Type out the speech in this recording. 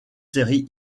séries